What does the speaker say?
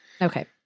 Okay